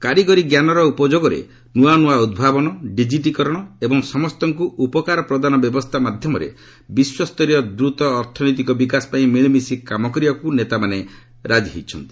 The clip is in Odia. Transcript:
କାରିଗରୀ ଜ୍ଞାନର ଉପଯୋଗରେ ନୂଆ ନୂଆ ଉଦ୍ଭାବନ ଡିଜିଟ୍ରାକରଣ ଏବଂ ସମସ୍ତଙ୍କୁ ଉପକାର ପ୍ରଦାନ ବ୍ୟବସ୍ଥା ମାଧ୍ୟମରେ ବିଶ୍ୱସ୍ତରୀୟ ଦ୍ରୁତ ଅର୍ଥନୈତିକ ବିକାଶ ପାଇଁ ମିଳିମିଶି କାମ କରିବାକୁ ନେତାମାନେ ରାଜି ହୋଇଛନ୍ତି